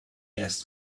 asked